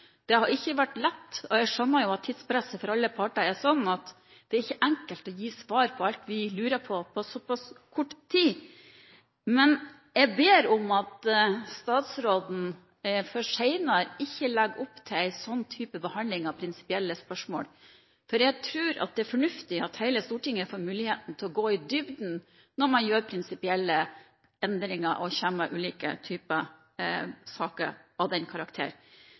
det har ikke vært lett, og jeg skjønner at tidspresset for alle parter er slik at det ikke er enkelt å gi svar på alt vi lurer på på såpass kort tid. Men jeg ber om at statsråden senere ikke legger opp til en slik type behandling av prinsipielle spørsmål, for jeg tror at det er fornuftig at hele Stortinget får muligheten til å gå i dybden når man gjør prinsipielle endringer, og kommer med ulike typer saker av den karakter.